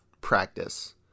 practice